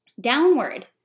downward